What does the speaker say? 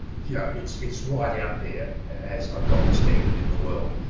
yeah it's it's right out there as a gold standard in the world.